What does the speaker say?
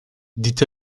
dit